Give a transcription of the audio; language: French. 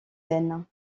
laine